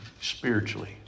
spiritually